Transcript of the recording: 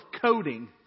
coding